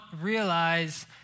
realize